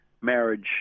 marriage